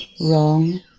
wrong